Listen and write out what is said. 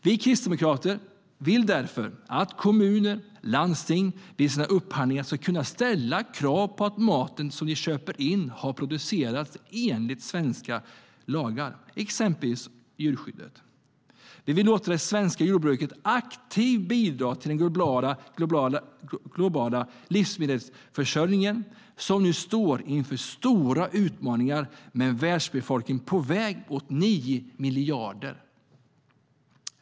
Vi kristdemokrater vill därför att kommuner och landsting vid sina upphandlingar ska kunna ställa krav på att maten som de köper in har producerats enligt svenska lagar, exempelvis när det gäller djurskyddet. Vi vill låta det svenska jordbruket aktivt bidra till den globala livsmedelsförsörjningen, som nu står inför stora utmaningar med en världsbefolkning på väg mot 9 miljarder.